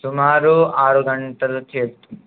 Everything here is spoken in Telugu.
సుమారు ఆరు గంటలకు చేరుతుంది